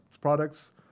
products